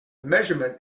measurement